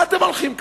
מה אתם הולכים ככה?